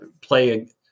play